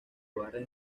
barras